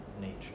nature